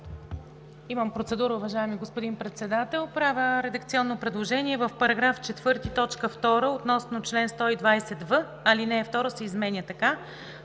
Имам процедура, уважаеми господин Председател. Правя редакционно предложение в § 4, т. 2 относно чл. 120в, ал. 2 се изменя така: